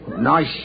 nice